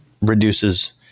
reduces